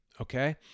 Okay